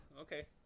okay